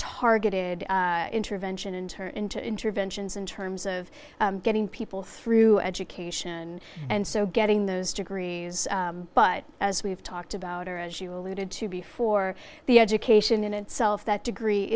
targeted intervention into her into interventions in terms of getting people through education and so getting those degrees but as we've talked about or as you alluded to before the education in itself that degree